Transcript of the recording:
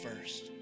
first